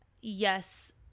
yes